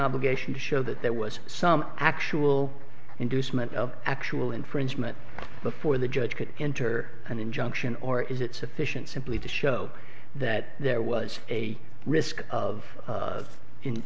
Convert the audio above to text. obligation to show that there was some actual inducement of actual infringement before the judge could enter an injunction or is it sufficient simply to show that there was a risk of